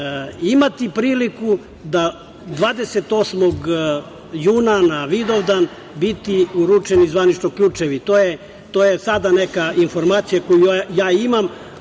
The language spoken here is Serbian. imati priliku da 28. juna na Vidovdan biti uručeni zvanično ključevi. To je sada neka informacija koju ja imam,